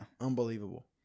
unbelievable